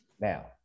Now